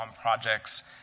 projects